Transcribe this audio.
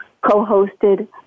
co-hosted